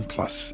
Plus